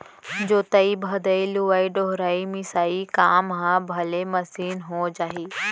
जोतइ भदई, लुवइ डोहरई, मिसाई काम ह भले मसीन हो जाही